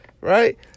right